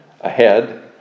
ahead